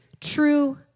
true